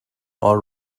are